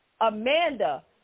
Amanda